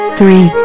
Three